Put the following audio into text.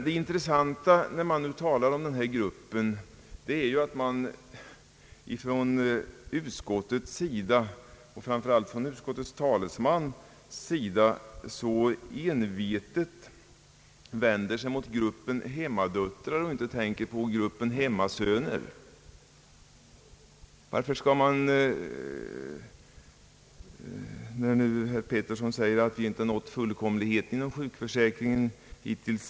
Det intressanta är dock att utskottet, framför allt dess talesman, så envetet vänder sig mot gruppen hemmadöttrar och inte tänker på gruppen hemmasöner. Herr Petersson säger, att man inte har nått fullkomlighet inom sjukförsäk ringen hittills.